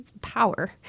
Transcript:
power